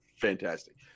fantastic